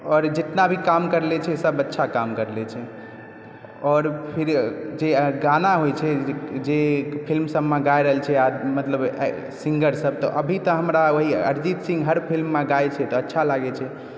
और जितना भी काम करले छै सब अच्छा काम करले छै आओर फिर जे गाना होइ छै जे फिल्म सबमे गए रहल छै आदमी मतलब सिंगर सब तऽ अब गीत हमरा अरिजीत सिंह हर फिल्म मे गाबय छै तब अच्छा लागै छै